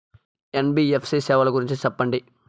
NBFC సేవల గురించి సెప్పండి?